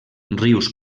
rius